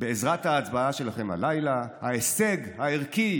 בעזרת ההצבעה שלכם הלילה ההישג הערכי,